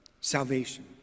Salvation